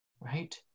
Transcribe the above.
right